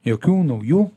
jokių naujų